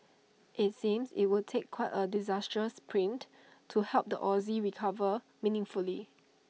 IT seems IT would take quite A disastrous print to help the Aussie recover meaningfully